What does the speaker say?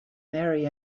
marry